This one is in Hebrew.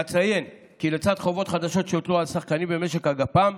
אציין כי לצד חובות חדשות שיוטלו על השחקנים במשק הגפ"ם,